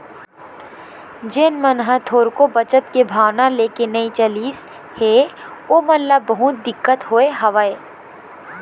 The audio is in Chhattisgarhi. जेन मन ह थोरको बचत के भावना लेके नइ चलिस हे ओमन ल बहुत दिक्कत होय हवय